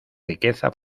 riqueza